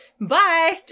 Bye